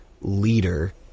leader